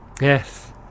Yes